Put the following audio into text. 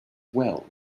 well